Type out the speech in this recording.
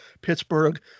Pittsburgh